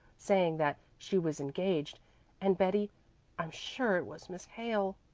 saying that she was engaged and, betty i'm sure it was miss hale.